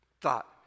thought